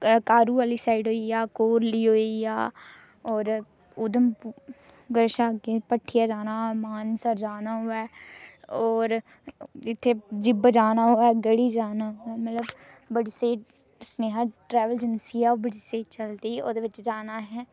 कारू आह्ली साइड होई गेआ कोरली होई गेआ और उधमपुर अग्गै भट्ठियै जाना मानसर जाना होऐ और इत्थै जिब्ब जाना होऐ जाना मतलब बड़ी स्हेई सनेहा ट्रैवल एजेंसी ऐ ओह् बड़ी स्हेई चलदी ओह्दे बिच जाना अहें